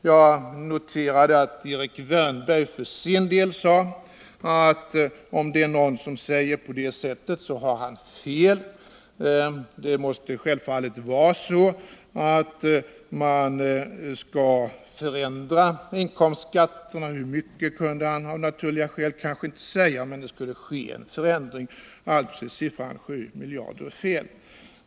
Jag noterade att Erik Wärnberg för sin del sade något helt annat: man måste självfallet förändra inkomstskatterna, hur mycket kunde han av naturliga skäl inte säga. Alltså är siffran 7 miljarder fel.